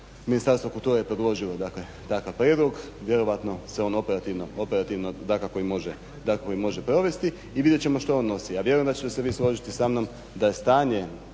Ministarstvo kulture je predložilo takav prijedlog, vjerojatno se on operativno može i provesti i vidjet ćemo što on nosi. Ja vjerujem da ćete se vi složiti sa mnom da je stanje